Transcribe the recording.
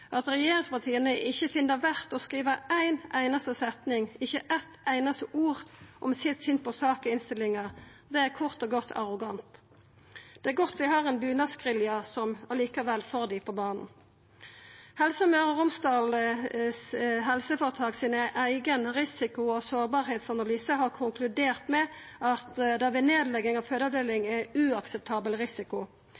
At regjeringspartia ikkje finn det verdt å skriva ei einaste setning, ikkje eitt einaste ord om sitt syn på saka i innstillinga, er kort og godt arrogant. Det er godt vi har ein bunadsgerilja som likevel får dei på banen. Helse Møre og Romsdals eigen risiko- og sårbarheitanalyse har konkludert med at det er uakseptabel risiko ved nedlegging av